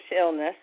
illness